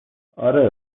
اره